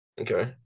Okay